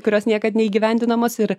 kurios niekad neįgyvendinamos ir